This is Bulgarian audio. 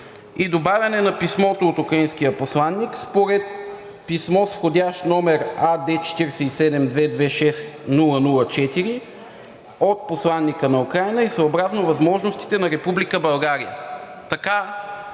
и добавяне на „писмото от украинския посланик“ – според писмо с вх. № АД 47 226-004 от посланика на Украйна и „съобразно възможностите на Република България“.